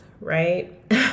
right